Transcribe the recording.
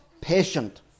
patient